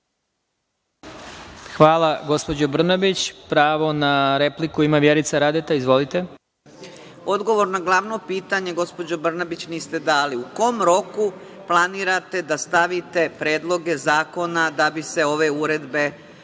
Hvala, gospođo Brnabić. Pravo na repliku ima Vjerica Radeta. Izvolite. **Vjerica Radeta** Odgovor na glavno pitanje, gospođo Brnabić, niste dali. U kom roku planirate da stavite predloge zakona da bi se ove uredbe